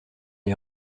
est